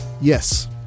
yes